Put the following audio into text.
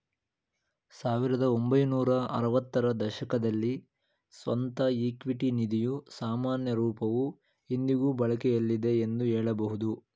ಸಾವಿರದ ಒಂಬೈನೂರ ಆರವತ್ತ ರ ದಶಕದಲ್ಲಿ ಸ್ವಂತ ಇಕ್ವಿಟಿ ನಿಧಿಯ ಸಾಮಾನ್ಯ ರೂಪವು ಇಂದಿಗೂ ಬಳಕೆಯಲ್ಲಿದೆ ಎಂದು ಹೇಳಬಹುದು